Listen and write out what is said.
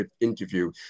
interview